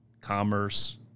commerce